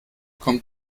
kommt